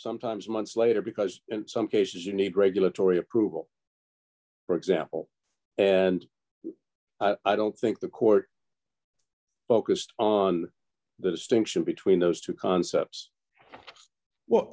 sometimes months later because in some cases you need regulatory approval for example and i don't think the court focused on the distinction between those two concepts well